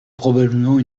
probablement